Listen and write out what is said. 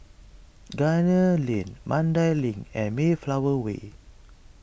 Gunner Lane Mandai Link and Mayflower Way